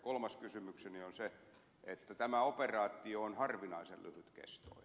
kolmas kysymykseni on se että tämä operaatio on harvinaisen lyhytkestoinen